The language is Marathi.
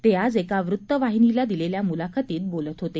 ते आज एका वृत्तवाहिनीला दिलेल्या मुलाखतीत बोलत होते